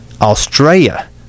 Australia